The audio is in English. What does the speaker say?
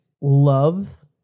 love